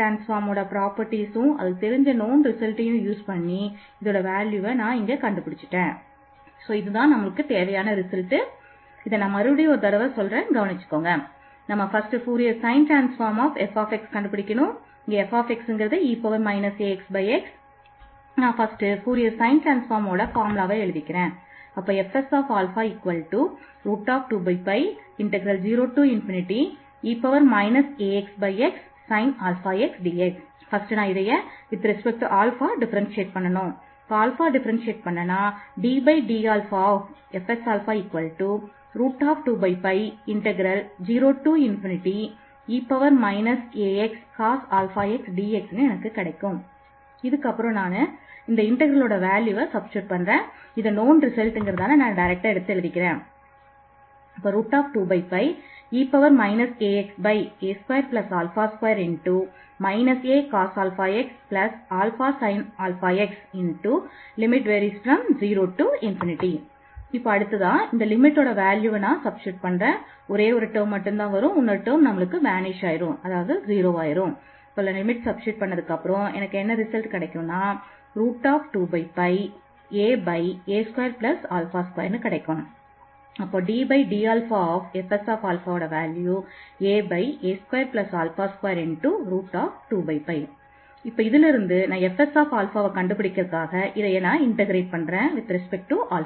ddαFs2e axa22 acos αx αsin αx x0ddαFs2 aa22 அடிப்படையில் நமக்கு order 1 உள்ள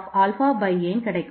ODE கிடைக்கும்